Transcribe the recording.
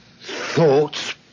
Thoughts